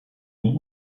den